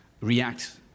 react